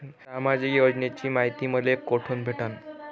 सामाजिक योजनेची मायती मले कोठून भेटनं?